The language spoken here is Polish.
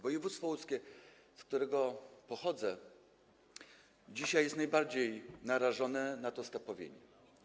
Województwo łódzkie, z którego pochodzę, dzisiaj jest najbardziej narażone na to stepowienie.